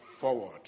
forward